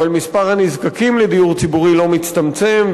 מספר הנזקקים לדיור ציבורי לא מצטמצם,